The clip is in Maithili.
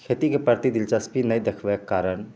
खेतीके प्रति दिलचस्पी नहि देखबऽके कारण